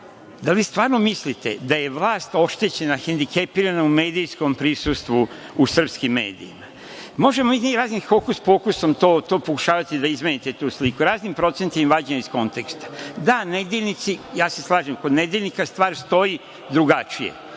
da li stvarno mislite da je vlast oštećena, hendikepirana u medijskom prisustvu u srpskim medijima? Možemo raznim hokus-pokusom to pokušavati da izmenite tu sliku, raznim procentima i vađenjem iz konteksta. Da, nedeljnici, ja se slažem, kod nedeljnika stvar stoji drugačije.